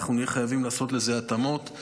ואנחנו נהיה חייבים לעשות לזה התאמות.